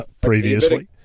previously